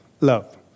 love